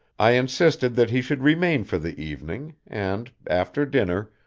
i insisted that he should remain for the evening, and, after dinner,